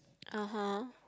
(uh huh)